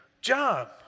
job